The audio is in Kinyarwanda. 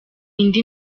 indi